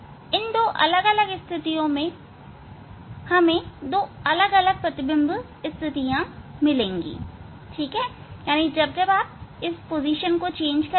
इन दो अलग स्थितियो में हमें दो अलग प्रतिबिंब स्थिति मिलेगी जो हम लिख लेंगे